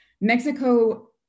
Mexico